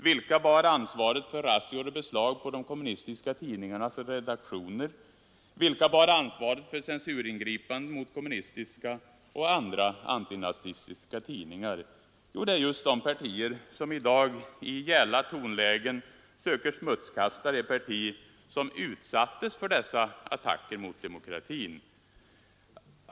Vilka bar ansvaret för razzior och beslag på de kommunistiska tidningarnas redaktioner? Vilka bar ansvaret för censuringripanden mot kommunistiska och andra antinazistiska tidningar? Jo, det var just de partier som i dag i gälla tonlägen söker smutskasta det parti som utsattes för dessa attacker mot demokratin.